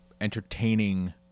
entertaining